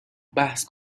بحث